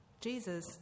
Jesus